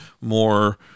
more